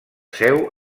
seu